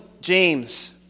James